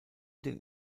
den